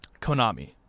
Konami